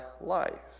life